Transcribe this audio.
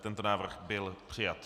Tento návrh byl přijat.